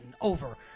over